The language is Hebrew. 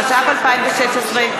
התשע"ו 2016,